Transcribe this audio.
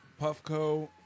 Puffco